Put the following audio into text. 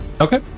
okay